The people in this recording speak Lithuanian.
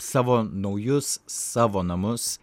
savo naujus savo namus